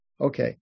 Okay